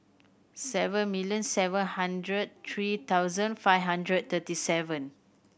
seven million seven hundred three thousand five hundred thirty seven